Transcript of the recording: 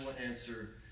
answer